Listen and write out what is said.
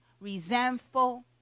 resentful